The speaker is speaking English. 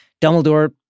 Dumbledore